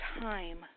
time